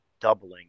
doubling